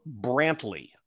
Brantley